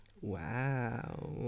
Wow